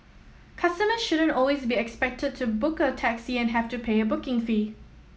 customers shouldn't always be expected to book a taxi and have to pay a booking fee